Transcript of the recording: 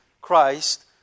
Christ